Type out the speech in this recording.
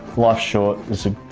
life's short. it's the